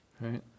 Right